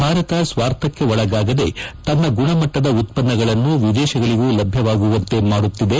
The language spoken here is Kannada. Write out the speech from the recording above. ಭಾರತ ಸ್ವಾರ್ಥಕ್ಕೆ ಒಳಗಾಗದೆ ತನ್ನ ಗುಣಮಟ್ಟದ ಉತ್ಪನ್ನಗಳನ್ನು ವಿದೇಶಗಳಗೂ ಲಭ್ಯವಾಗುವಂತೆ ಮಾಡುತ್ತಿದೆ